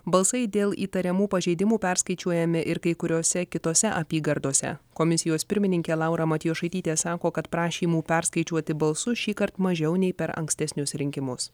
balsai dėl įtariamų pažeidimų perskaičiuojami ir kai kuriose kitose apygardose komisijos pirmininkė laura matjošaitytė sako kad prašymų perskaičiuoti balsus šįkart mažiau nei per ankstesnius rinkimus